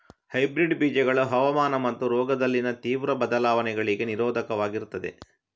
hybrid ಬೀಜಗಳು ಹವಾಮಾನ ಮತ್ತು ರೋಗದಲ್ಲಿನ ತೀವ್ರ ಬದಲಾವಣೆಗಳಿಗೆ ನಿರೋಧಕವಾಗಿರ್ತದೆ